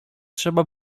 trzeba